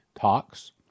talks